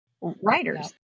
writers